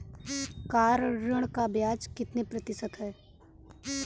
Car ऋण पर ब्याज कितने प्रतिशत है?